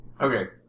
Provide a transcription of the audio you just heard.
Okay